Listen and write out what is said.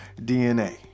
DNA